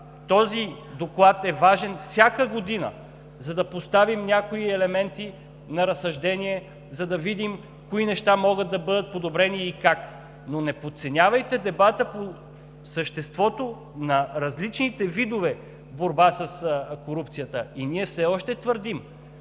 този доклад е важен всяка година, за да поставим някои елементи на разсъждение, за да видим кои неща могат да бъдат подобрени и как. Но не подценявайте дебата по съществото на различните видове борба с корупцията. Ние все още твърдим,